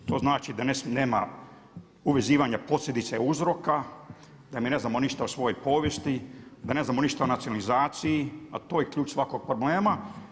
To znači da nema uvezivanja posljedica i uzroka, da mi ne znamo ništa o svojoj povijesti, da ne znamo ništa o nacionalizaciji, a to je ključ svakog problema.